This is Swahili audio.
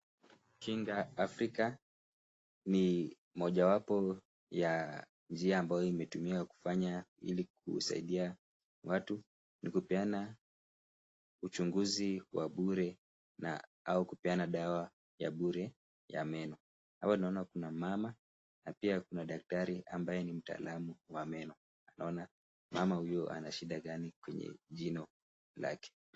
Kinga Africa ni moja wapo ya njia ambayo imetumia kufanya ili kusaidia watu na kupeana uchunguzi wa bure au kupeana dawa ya bure ya meno. Hapa naona kuna mama na pia kuna daktari ambaye ni mtaalam wa meno anaona mama huyu anashida gani kwenye jino.